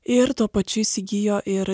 ir tuo pačiu įsigijo ir